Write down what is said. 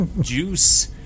Juice